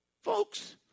Folks